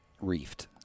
reefed